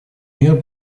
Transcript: мир